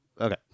Okay